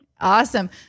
Awesome